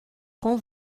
com